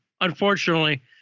unfortunately